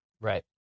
Right